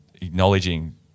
acknowledging